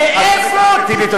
לך לעזה.